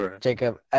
Jacob